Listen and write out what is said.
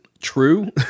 true